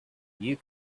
you